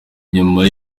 nyuma